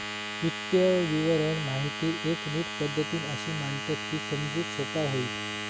वित्तीय विवरण माहिती एक नीट पद्धतीन अशी मांडतत की समजूक सोपा होईत